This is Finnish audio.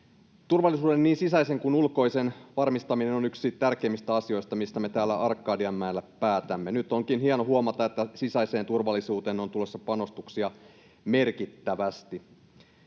Turvallisuuden, niin sisäisen kuin ulkoisen, varmistaminen on yksi tärkeimmistä asioista, mistä me täällä Arkadianmäellä päätämme. Nyt onkin hieno huomata, että sisäiseen turvallisuuteen on tulossa panostuksia merkittävästi.